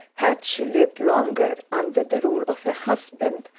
had she lived longer under the rule of a husband,